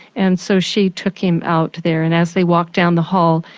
and so she took him out there and as they walked down the hall,